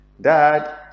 Dad